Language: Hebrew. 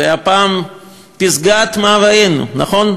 זו הייתה פעם פסגת מאוויינו, נכון?